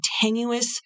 tenuous